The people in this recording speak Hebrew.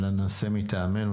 אלא נעשה מטעמנו,